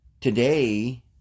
today